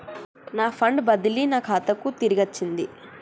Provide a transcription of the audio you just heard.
నా ఫండ్ బదిలీ నా ఖాతాకు తిరిగచ్చింది